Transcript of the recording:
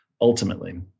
ultimately